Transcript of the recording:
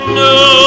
no